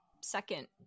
second